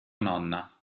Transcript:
nonna